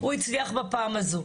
הוא הצליח לעשות בפעם הזו.